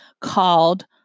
called